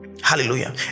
hallelujah